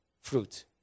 fruit